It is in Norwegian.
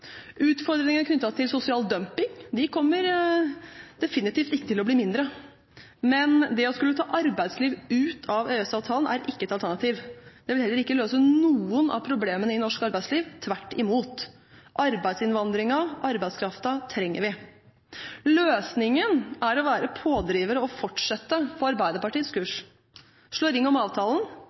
Utfordringene knyttet til sosial dumping kommer definitivt ikke til å bli mindre. Men det å skulle ta arbeidsliv ut av EØS-avtalen er ikke et alternativ. Det vil heller ikke løse noen av problemene i norsk arbeidsliv. Tvert imot, arbeidsinnvandringen, arbeidskraften, trenger vi. Løsningen er å være pådrivere og fortsette på Arbeiderpartiets kurs, slå ring om avtalen